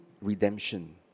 redemption